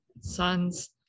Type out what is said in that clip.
sons